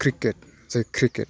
cricket जा cricket